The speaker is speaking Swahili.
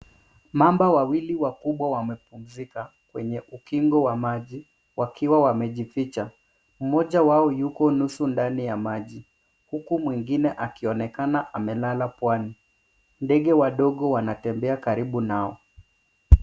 Mamba wawili wakubwa wamepumzika kwenye ukingo wa maji, wakiwa wamejificha. Mmoja wao yuko nusu ndani ya maji, huku mwingine akionekana amelala pwani. Ndege wadogo wanatebea karibu nao.